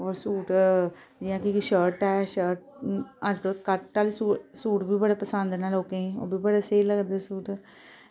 और सूट जियां कि शर्ट ऐ शर्ट अजकल्ल कट आह्ले सूट सूट वी बड़े पसंद न लोकें गी ओह् बी बड़े स्हेई लगदे सूट